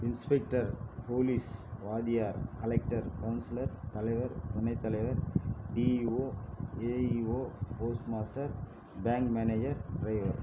inspector police வாத்தியார் collector councillor தலைவர் துணைத்தலைவர் DEO AEO postmaster bank manager driver